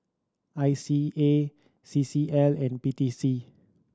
I C A C C L and P T C